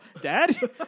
Dad